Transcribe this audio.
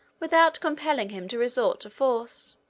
without compelling him to resort to force.